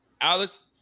Alex